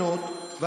כולנו, אדוני השר.